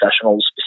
professionals